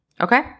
okay